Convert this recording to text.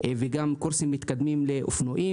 וגם קורסים מתקדמים לאופנועים.